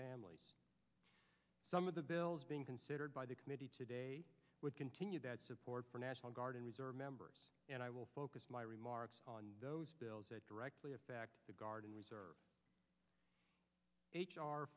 family some of the bills being considered by the committee today would continue that support for national guard and reserve members and i will focus my remarks on those bills that directly affect the guard and reserve h